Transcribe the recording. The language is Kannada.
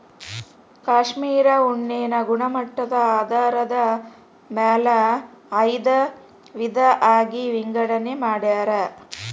ಕಾಶ್ಮೇರ ಉಣ್ಣೆನ ಗುಣಮಟ್ಟದ ಆಧಾರದ ಮ್ಯಾಲ ಐದ ವಿಧಾ ಆಗಿ ವಿಂಗಡನೆ ಮಾಡ್ಯಾರ